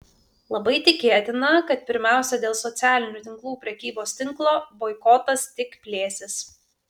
labai tikėtina kad pirmiausia dėl socialinių tinklų prekybos tinklo boikotas tik plėsis